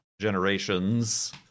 generations